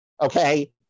okay